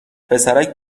پسرک